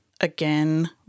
again